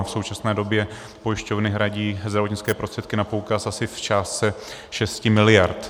V současné době pojišťovny hradí zdravotnické prostředky na poukaz asi v částce 6 mld.